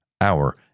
Hour